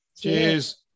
Cheers